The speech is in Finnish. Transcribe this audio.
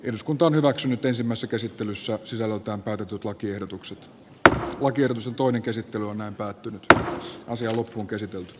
voittaa on hyväksynyt ensimmäisen käsittelyssä sisällöltään käytetyt lakiehdotukset kahkudi r toinen käsittely on päättynyt käännös ja lopun hylätty